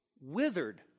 Withered